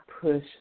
push